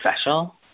special